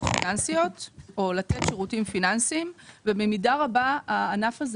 פיננסיות או לתת שירותים פיננסיים ובמידה רבה הענף הזה